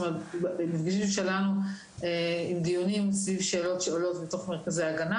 במפגשים שלנו עם דיונים סביב שאלות שעולות מתוך מרכזי ההגנה